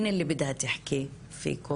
ננסה כמה שאפשר לתת לכולן.